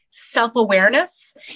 self-awareness